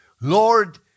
Lord